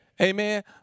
Amen